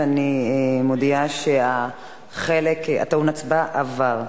אני מודיעה שהחלק הטעון הצבעה עבר.